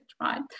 right